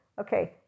okay